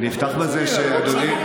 אני אפתח בזה שאדוני,